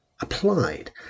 applied